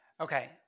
Okay